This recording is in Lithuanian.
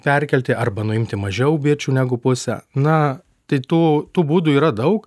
perkelti arba nuimti mažiau bičių negu pusę na tai tų tų būdų yra daug